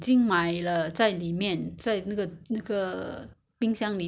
the pack~ what it's the coconut water or